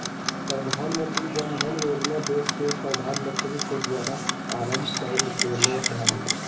प्रधानमंत्री जन धन योजना देश के प्रधानमंत्री के द्वारा आरंभ कइल गेलय हल